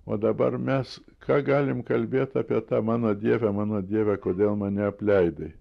o dabar mes ką galim kalbėt apie tą mano dieve mano dieve kodėl mane apleidai